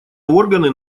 органы